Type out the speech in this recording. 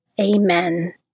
Amen